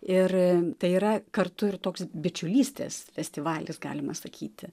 ir tai yra kartu ir toks bičiulystės festivalis galima sakyti